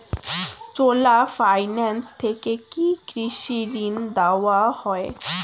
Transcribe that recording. চোলা finance থেকে কি কৃষি ঋণ দেওয়া হয়?